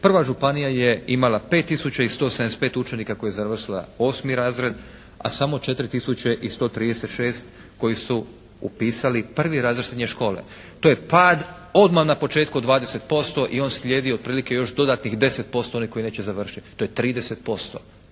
Prva županija je imala 5 tisuća i 175 učenika koji je završilo 8. razred, a samo 4 tisuće i 136 koji su upisali prvi razred srednje škole. To je pad odmah na početku od 20% i on slijedi otprilike još dodatnih 10% oni koji neće završiti. To je 30%.